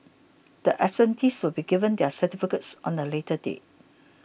the absentees will be given their certificates on a later date